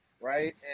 right